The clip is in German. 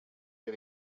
wir